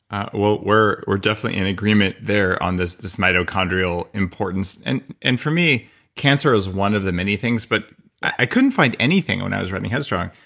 well, we're we're definitely in agreement there on this this mitochondrial importance. and and for me cancer is one of the many things, but i couldn't find anything when i was writing headstrong.